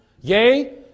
Yea